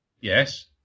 Yes